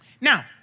Now